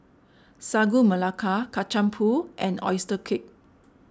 Sagu Melaka Kacang Pool and Oyster Cake